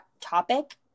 topic